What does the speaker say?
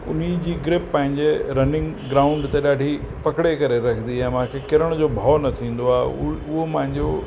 उन जी ग्रिप पंहिंजे रनिंग ग्राउंड ते ॾाढी पकिड़े करे रखंदी आहे मूंखे किरण जो भउ न थींदो आहे उहो उहो मुंहिंजो